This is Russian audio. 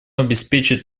обеспечить